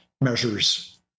measures